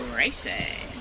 racing